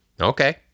Okay